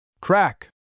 Crack